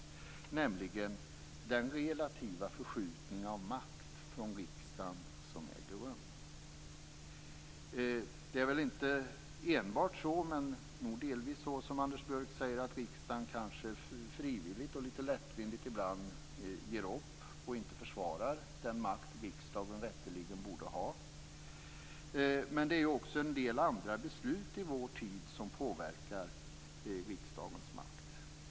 Jag avser då den relativa förskjutning av makt från riksdagen som äger rum. Det är nog delvis så som Anders Björck säger, nämligen att riksdagen kanske frivilligt och ibland litet lättvindigt ger upp och inte försvarar den makt som riksdagen rätteligen borde ha. Även en del andra beslut i vår tid påverkar riksdagens makt.